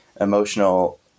emotional